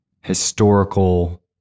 historical